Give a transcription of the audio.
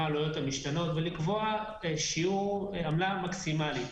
העלויות המשתנות ולקבוע שיעור עמלה מקסימלי,